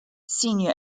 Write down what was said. senior